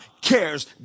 cares